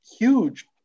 huge